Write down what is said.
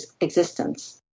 existence